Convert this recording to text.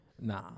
nah